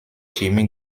jimmy